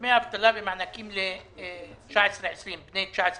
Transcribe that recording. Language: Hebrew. דמי אבטלה ומענקים לבני 19 ו-20.